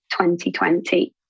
2020